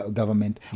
government